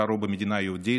בחרו במדינה יהודית,